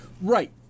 Right